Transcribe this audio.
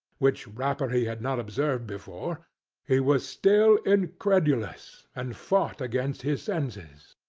which wrapper he had not observed before he was still incredulous, and fought against his senses.